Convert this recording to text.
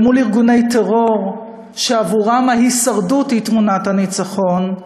ומול ארגוני טרור שעבורם ההישרדות היא תמונת הניצחון,